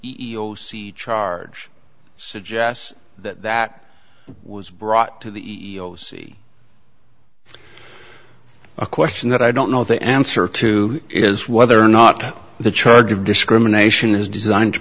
c charge suggests that that was brought to the e e o c a question that i don't know the answer to is whether or not the charge of discrimination is designed to